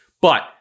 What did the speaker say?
But-